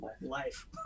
life